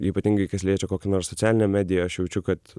ypatingai kas liečia kokią nors socialinę mediją aš jaučiu kad